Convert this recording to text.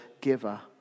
giver